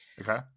Okay